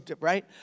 right